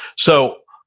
so,